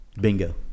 Bingo